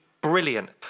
Brilliant